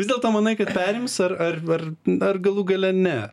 vis dėlto manai kad perims ar ar ar galų gale ne